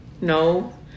No